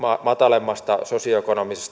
matalamman sosio ekonomisen